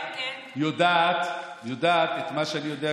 יודעת את מה שאני יודע,